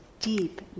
deep